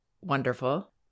Wonderful